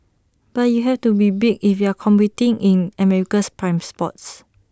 but you have to be big if you're competing in America's prime spots